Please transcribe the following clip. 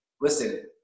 listen